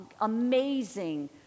amazing